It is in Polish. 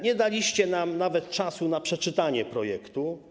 Nie daliście nam nawet czasu na przeczytanie projektu.